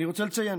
אני רוצה לציין